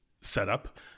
setup